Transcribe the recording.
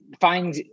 Find